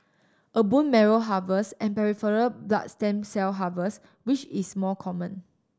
a bone marrow harvest and peripheral blood stem cell harvest which is more common